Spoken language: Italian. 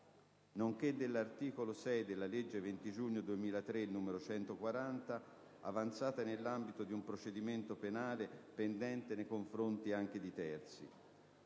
nonché dell'articolo 6 della legge 20 giugno 2003, n. 140, avanzata nell'ambito di un procedimento penale pendente nei confronti anche di terzi